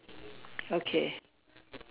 okay